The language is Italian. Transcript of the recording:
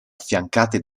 affiancate